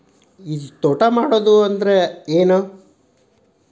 ತೋಟ ಮಾಡುದು ಅಂದ್ರ ಏನ್?